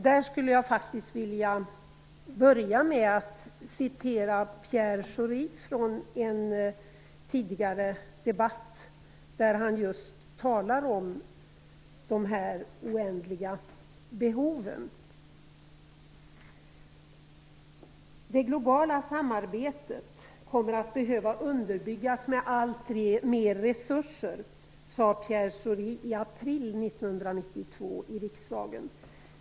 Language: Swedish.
Där skulle jag vilja börja med att återge vad Pierre Schori sade i en tidigare debatt, där han just talar om de oändliga behoven. Det globala samarbetet kommer att behöva underbyggas med alltmer resurser, sade Pierre Schori i april 1992 i riksdagen.